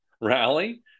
rally